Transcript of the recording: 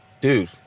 dude